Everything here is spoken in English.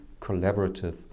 collaborative